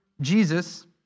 Jesus